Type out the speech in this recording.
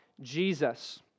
Jesus